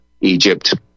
Egypt